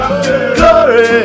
Glory